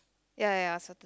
ya ya ya satur~